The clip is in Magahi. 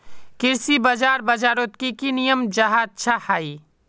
कृषि बाजार बजारोत की की नियम जाहा अच्छा हाई?